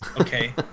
okay